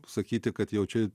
sakyti kad jau čia